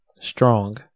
strong